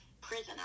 prison